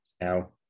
Now